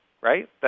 right